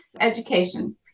education